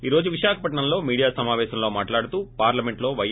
ఈ రోజు విశాఖపట్నంలో మీడియా సమాపేశం లో మాట్లాడుతూ పార్లమెంట్లో పై